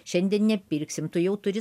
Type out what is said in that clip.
šiandien nepirksim tu jau turi